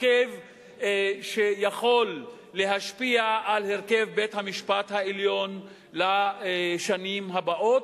הרכב שיכול להשפיע על הרכב בית-המשפט העליון לשנים הבאות,